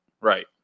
Right